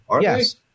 Yes